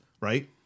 right